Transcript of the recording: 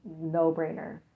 no-brainer